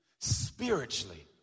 Spiritually